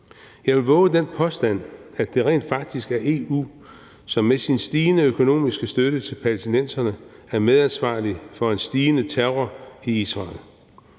Jeg vil vove den påstand, at det rent faktisk er EU, som med sin stigende økonomiske støtte til palæstinenserne er medansvarlige for en stigende terror i Israel.